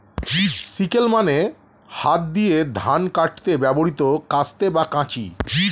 sickle মানে হাত দিয়ে ধান কাটতে ব্যবহৃত কাস্তে বা কাঁচি